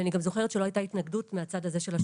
ואני גם זוכרת שלא הייתה התנגדות מהצד הזה של השולחן.